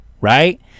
right